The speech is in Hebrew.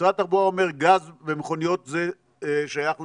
משרד התחבורה אומר שגז ומכוניות זה שייך לעבר,